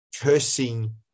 cursing